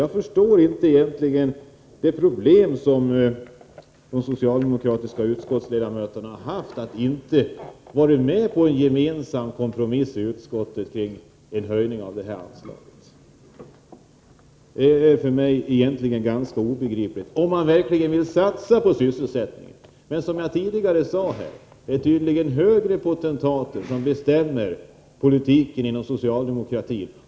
Jag förstår inte varför de socialdemokratiska utskottsledamöterna haft problem att ansluta sig till en gemensam kompromiss i utskottet om en höjning av detta anslag, ifall man verkligen vill satsa på sysselsättning. Men som jag tidigare sade är det tydligen högre potentater som bestämmer politiken inom socialdemokratin.